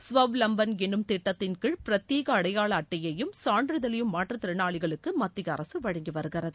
ஸ்வவ்லம்பன் என்னும் திட்டத்தின் கீழ் பிரத்தியேக அடையாள அட்டையையும் சான்றிதழையும் மாற்றுத்திறனாளிகளுக்கு மத்திய அரசு வழங்கிவருகிறது